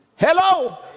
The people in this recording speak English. Hello